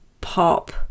pop